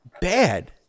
Bad